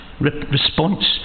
response